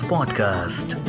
Podcast